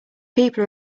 people